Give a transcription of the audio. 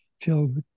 filled